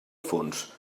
fons